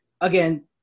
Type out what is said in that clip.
Again